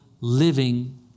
living